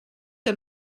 que